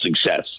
success